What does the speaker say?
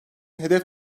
hedef